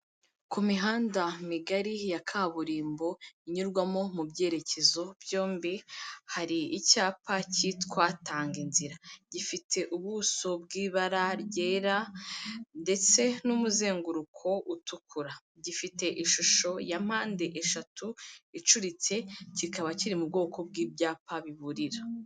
Ku mihanda migari ya kaburimbo inyurwamo mu byerekezo byombi hari icyapa cyitwa tanga inzira, gifite ubuso bw'ibara ryera ndetse n'umuzenguruko utukura, gifite ishusho ya mpande eshatu icuritse kikaba kiri mu bwoko bw'ibyapa biburira.